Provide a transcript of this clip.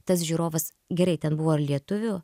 tas žiūrovas gerai ten buvo ir lietuvių